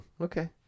okay